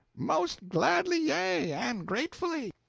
most gladly, yea, and gratefully.